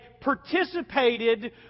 participated